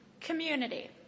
Community